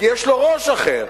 כי יש לו ראש אחר.